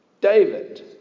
David